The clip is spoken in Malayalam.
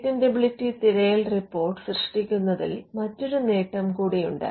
പേറ്റന്റബിലിറ്റി തിരയൽ റിപ്പോർട്ട് സൃഷ്ടിക്കുന്നതിൽ മറ്റൊരു നേട്ടം കൂടിയുണ്ട്